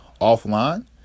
offline